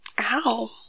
Ow